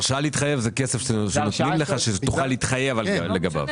הרשאה להתחייב זה כסף שמשלים לך שתוכל להתחייב לגביו.